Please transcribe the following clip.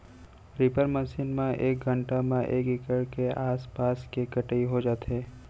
reaper machine म एक घंटा म एक एकड़ के आसपास के कटई हो जाथे